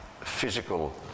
physical